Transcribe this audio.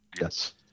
Yes